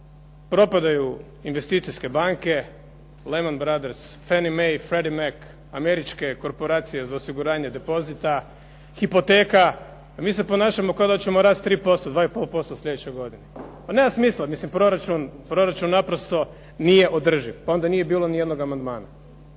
propale su investicijske banke, „Lennon brother“, „Freddy Mack“, američke korporacije za osiguranje depozita, hipoteka, mi se ponašamo kao da ćemo rast s 3%, 2,5% u sljedećoj godini, nema smisla, proračun naprosto nije održiv pa onda nije ni bilo ni jednog amandmana,